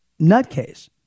nutcase